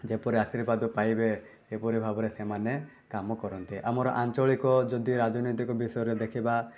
ଯେପରି ଆର୍ଶୀବାଦ ପାଇବେ ଏପରି ଭାବରେ ସେମାନେ କାମ କରନ୍ତି ଆମର ଆଞ୍ଚଳିକ ଯଦି ରାଜନୈତିକ ବିଷୟରେ ଦେଖିବା